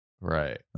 right